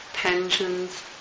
tensions